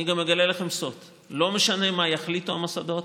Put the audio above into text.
גם אגלה לכם סוד: לא משנה מה יחליטו המוסדות,